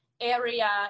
area